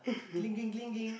clinging clinging